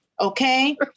Okay